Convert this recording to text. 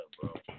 bro